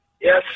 Yes